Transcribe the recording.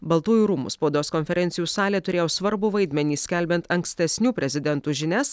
baltųjų rūmų spaudos konferencijų salė turėjo svarbų vaidmenį skelbiant ankstesnių prezidentų žinias